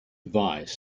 advise